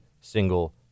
single